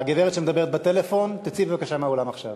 הגברת שמדברת בטלפון, תצאי בבקשה מהאולם עכשיו.